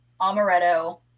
amaretto